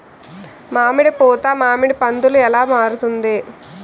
మామిడి పూత మామిడి పందుల ఎలా మారుతుంది?